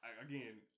Again